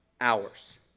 hours